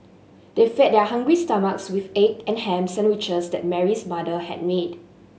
they fed their hungry stomachs with the egg and ham sandwiches that Mary's mother had made